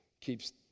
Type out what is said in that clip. keeps